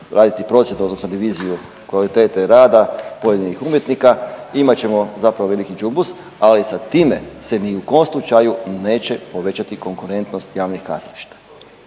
raditi prosvjed odnosno reviziju kvalitete rada pojedinih umjetnika, imat ćemo zapravo veliki džumbus, ali sa time se ni u kom slučaju neće povećati konkurentnost javnih kazališta